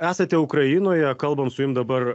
esate ukrainoje kalbam su jum dabar